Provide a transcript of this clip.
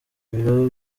ibiro